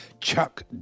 Chuck